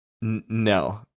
No